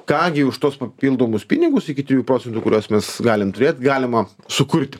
ką gi už tuos papildomus pinigus iki trijų procentų kuriuos mes galim turėt galima sukurti